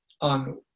on